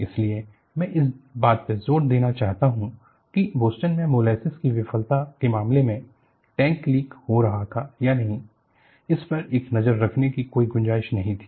इसीलिए मैं इस बात पर जोर देना चाहता हूं कि बोस्टन में मोलेसेस की विफलता के मामले में टैंक लीक हो रहा था या नहीं इस पर एक नज़र रखने की कोई गुंजाइश नहीं थी